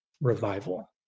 revival